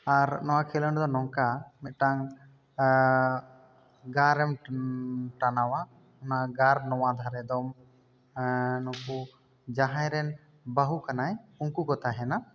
ᱟᱨ ᱱᱚᱣᱟ ᱠᱷᱮᱞᱳᱰ ᱫᱚ ᱱᱚᱝᱠᱟ ᱢᱤᱫᱴᱟᱱ ᱜᱟᱨ ᱮᱢ ᱴᱟᱱᱟᱣᱟ ᱚᱱᱟ ᱜᱟᱨ ᱱᱚᱣᱟ ᱫᱷᱟᱨᱮ ᱫᱚ ᱱᱩᱠᱩ ᱡᱟᱦᱟᱸᱭ ᱨᱮᱱ ᱵᱟᱹᱦᱩ ᱠᱟᱱᱟᱭ ᱩᱱᱠᱩ ᱠᱚ ᱛᱟᱦᱮᱱᱟ